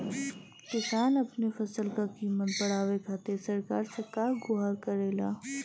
किसान अपने फसल क कीमत बढ़ावे खातिर सरकार से का गुहार करेला?